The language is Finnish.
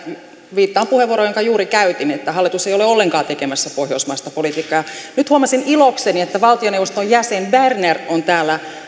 viittaan puheenvuoroon jonka juuri käytin että hallitus ei ole ollenkaan tekemässä pohjoismaista politiikkaa nyt huomasin ilokseni että valtioneuvoston jäsen berner on täällä